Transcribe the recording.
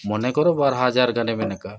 ᱢᱚᱱᱮ ᱠᱚᱨᱚ ᱵᱟᱨ ᱦᱟᱡᱟᱨ ᱜᱟᱱᱮ ᱢᱮᱱ ᱠᱟᱜᱼᱟ